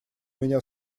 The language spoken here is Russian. меня